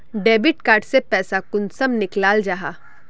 Debit card से पैसा कुंसम निकलाल जाहा?